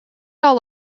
all